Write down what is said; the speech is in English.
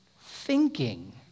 thinking